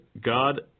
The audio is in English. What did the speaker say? God